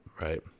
right